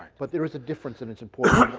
but there is a difference and it's important.